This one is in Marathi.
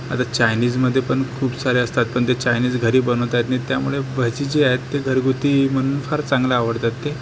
आता चायनीजमध्ये पण खूप सारे असतात पण ते चायनीज घरी बनवता येत नाही त्यामुळे भजी जे आहेत ते घरगुती बनवून फार चांगलं आवडतात ते